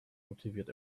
motiviert